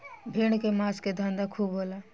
भेड़ के मांस के धंधा खूब होला